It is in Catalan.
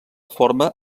forma